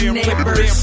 neighbors